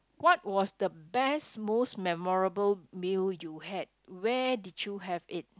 what was the best most memorable meal you had where did you have it